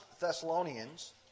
Thessalonians